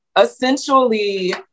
essentially